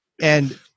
And-